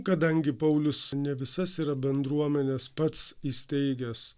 kadangi paulius ne visas yra bendruomenes pats įsteigęs